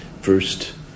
First